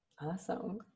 Awesome